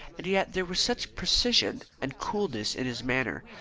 and yet there was such precision and coolness in his manner,